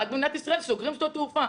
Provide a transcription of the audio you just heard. רק במדינת ישראל סוגרים שדות תעופה.